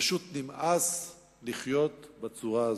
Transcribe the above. פשוט נמאס לחיות בצורה הזאת.